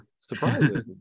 surprising